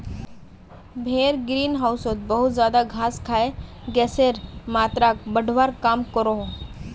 भेड़ ग्रीन होउसोत बहुत ज्यादा घास खाए गसेर मात्राक बढ़वार काम क्रोह